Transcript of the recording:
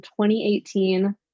2018